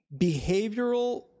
behavioral